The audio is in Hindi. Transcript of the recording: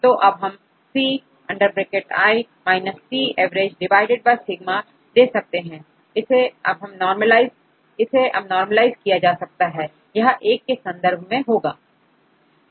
तो अब हमC C average divide by sigma दे सकते हैं इसे अब नॉर्मलइस किया जा सकता है यह 1 के संदर्भ में होगा